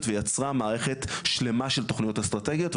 ויצרה מערכת שלמה של תוכניות אסטרטגיות,